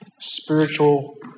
spiritual